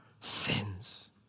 sins